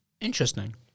interesting